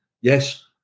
Yes